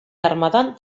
armadan